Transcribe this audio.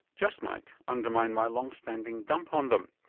just might, undermine my long standing dump on them,